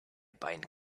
bind